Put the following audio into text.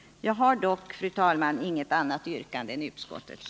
Fru talman! Jag har dock inget annat yrkande än utskottets.